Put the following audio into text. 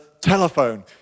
telephone